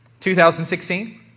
2016